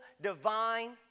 divine